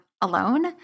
alone